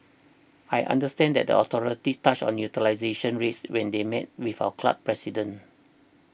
I understand that the authorities touched on utilisation rates when they met with our club's president